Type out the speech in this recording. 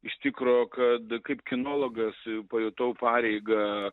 iš tikro kad kaip kinologas pajutau pareigą